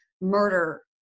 murder